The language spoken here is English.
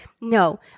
No